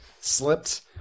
Slipped